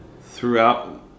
throughout